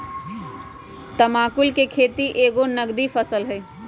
तमाकुल कें खेति एगो नगदी फसल हइ